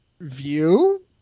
view